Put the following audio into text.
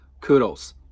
kudos